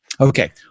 Okay